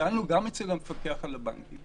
שאלנו גם אצל המפקח על הבנקים,